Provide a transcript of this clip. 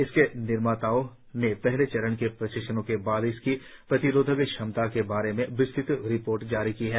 इसके निर्माताओं ने पहले चरण के परीक्षणों के बाद इसकी प्रतिरोधक क्षमता के बारे में विस्तृत रिपोर्ट जारी की है